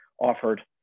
offered